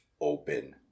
open